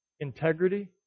Integrity